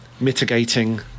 mitigating